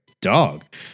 dog